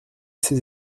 ses